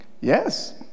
yes